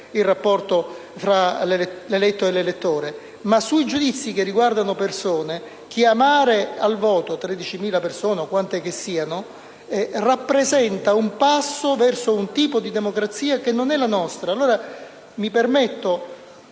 il rapporto tra l'eletto e l'elettore. Ma sui giudizi che riguardano persone, chiamare al voto 13.000 persone - o quante che siano - rappresenta un passo verso un tipo di democrazia che non è il nostro.